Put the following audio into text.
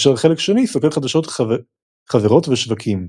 כאשר החלק השני סוקר חדשות חברות ושווקים.